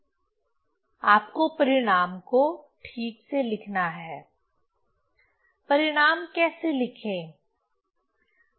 आपको परिणाम को ठीक से लिखना है मुखर शोर